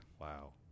Wow